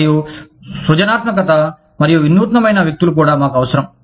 మరియు సృజనాత్మక మరియు వినూత్నమైన వ్యక్తులు కూడా మాకు అవసరం